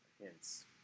hints